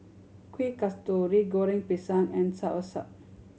Kuih Kasturi Goreng Pisang and soursop